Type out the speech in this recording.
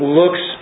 looks